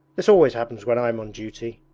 this always happens when i'm on duty